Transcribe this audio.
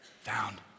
found